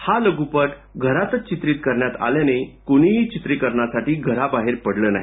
हा लघ्रपट घरातच चित्रित करण्यात आल्याने कूणीही चित्रिकरणासाठी घराबाहेर पडलं नाही